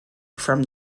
from